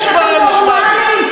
מה, אתם נורמלים?